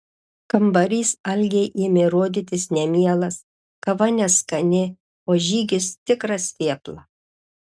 kambarys algei ėmė rodytis nemielas kava neskani o žygis tikras vėpla